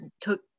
took